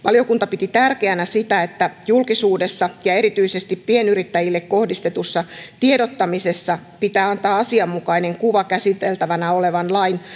piti tärkeänä sitä että julkisuudessa ja erityisesti pienyrittäjille kohdistetussa tiedottamisessa pitää antaa asianmukainen kuva käsiteltävänä olevan lain